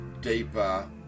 deeper